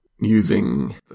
using